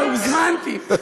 הוזמנתי.